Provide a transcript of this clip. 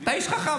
אתה איש חכם.